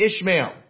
Ishmael